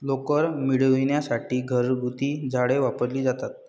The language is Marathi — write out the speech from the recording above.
लोकर मिळविण्यासाठी घरगुती झाडे वापरली जातात